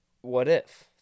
what-if